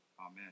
Amen